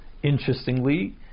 Interestingly